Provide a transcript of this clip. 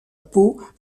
peau